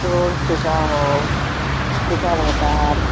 road ٹوٹا ہو ٹوٹا رہتا ہے